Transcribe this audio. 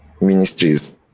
ministries